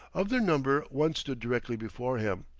of their number one stood directly before him,